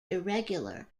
irregular